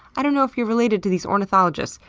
i don't know if you're related to these ornithologists,